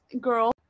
girl